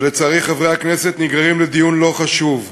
ולצערי חברי הכנסת נגררים לדיון לא חשוב.